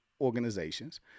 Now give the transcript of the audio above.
organizations